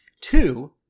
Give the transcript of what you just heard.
Two